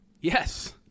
Yes